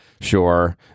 sure